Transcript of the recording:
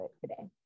today